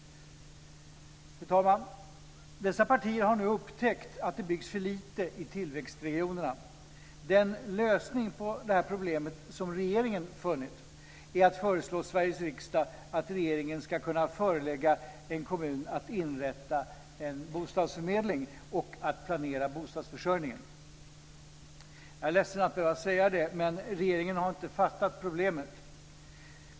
Fru talman! Dessa partier har nu upptäckt att det byggs för lite i tillväxtregionerna. Den lösning på detta problem som regeringen funnit är att föreslå Sveriges riksdag att regeringen ska kunna förelägga en kommun att inrätta en bostadsförmedling och att planera bostadsförsörjningen. Jag är ledsen att behöva säga det, men regeringen har inte fattat problemet.